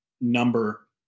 number